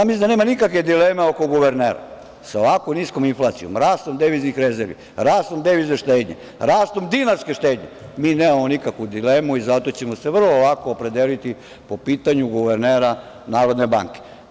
Mislim da nema nikakve dileme oko guvernera, sa ovako niskom inflacijom, rastom deviznih rezervi, rastom devizne štednje, rastom dinarske štednje, mi nemamo nikakvu dilemu i zato ćemo se vrlo lako opredeliti po pitanju guvernera NBS.